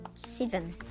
seven